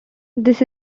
this